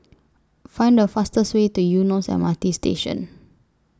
Find The fastest Way to Eunos M R T Station